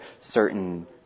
certain